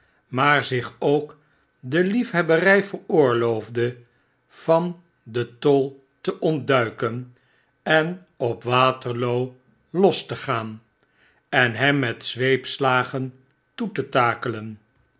maar zich ook de liefhebbery veroorloofde van den tol te ontduiken en op waterloo los te gaan en hem met zweepslagen toe te takelen